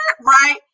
right